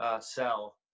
sell